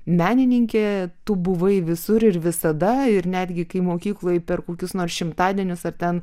menininkė tu buvai visur ir visada ir netgi kai mokykloj per kokius nors šimtadienius ar ten